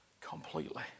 completely